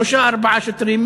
שלושה-ארבעה שוטרים,